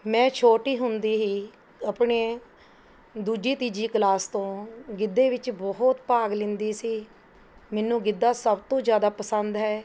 ਮੈਂ ਛੋਟੀ ਹੁੰਦੀ ਹੀ ਆਪਣੇ ਦੂਜੀ ਤੀਜੀ ਕਲਾਸ ਤੋਂ ਗਿੱਧੇ ਵਿੱਚ ਬਹੁਤ ਭਾਗ ਲੀਂਦੀ ਸੀ ਮੈਨੂੰ ਗਿੱਧਾ ਸਭ ਤੋਂ ਜ਼ਿਆਦਾ ਪਸੰਦ ਹੈ